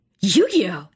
Yu-Gi-Oh